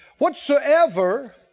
Whatsoever